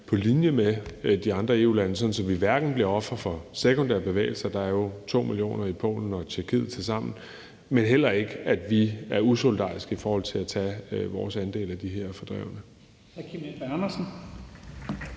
på linje med de andre EU-lande, sådan at vi ikke bliver ofre for sekundære bevægelser – der er jo 2 millioner i Polen og Tjekkiet tilsammen – men at vi heller ikke er usolidariske i forhold til at tage vores andel af de her fordrevne.